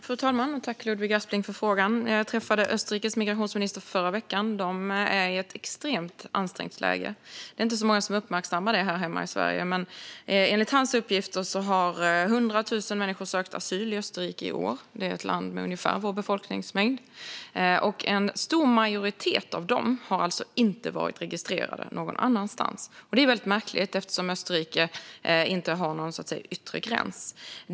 Fru talman! Tack för frågan, Ludvig Aspling! Jag träffade Österrikes migrationsminister förra veckan. De är i ett extremt ansträngt läge. Det är inte så många som uppmärksammar det här hemma i Sverige, men enligt hans uppgifter har 100 000 människor sökt asyl i Österrike i år - ett land med ungefär vår befolkningsmängd. En stor majoritet av dessa har inte varit registrerade någon annanstans. Det är väldigt märkligt eftersom Österrike inte har någon yttre gräns.